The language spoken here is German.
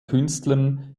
künstlern